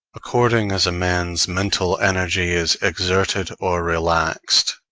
according as a man's mental energy is exerted or relaxed,